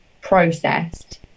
processed